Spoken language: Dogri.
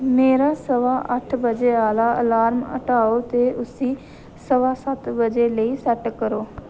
मेरा सवा अट्ठ बजे आह्ला अलार्म हटाओ ते उसी सवा सत्त बजे लेई सैट्ट करो